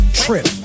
trip